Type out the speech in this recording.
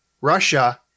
Russia